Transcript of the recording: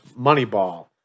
Moneyball